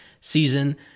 season